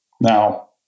Now